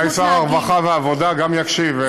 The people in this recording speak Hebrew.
אולי שר הרווחה והעבודה גם יקשיב.